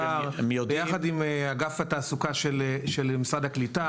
ביחד עם אגף התעסוקה של משרד הקליטה.